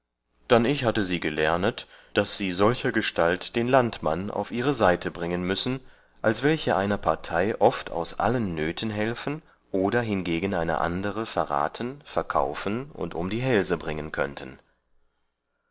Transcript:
dann ich hatte sie gelernet daß sie solchergestalt den landmann auf ihre seite bringen müssen als welche einer partei oft aus allen nöten helfen oder hingegen eine andere verraten verkaufen und um die hälse bringen könnten